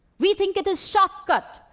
we think it is shortcut.